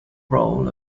role